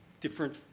different